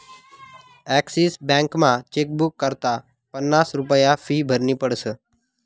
Axis बॅकमा chequebook करता पन्नास रुप्या फी भरनी पडस